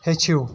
ہیٚچھو